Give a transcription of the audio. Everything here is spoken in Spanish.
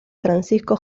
francisco